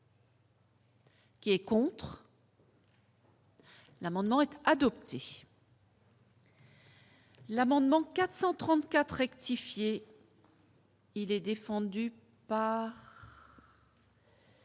qui est pour. L'amendement était adopté. L'amendement 434 rectifier. Il est défendu par.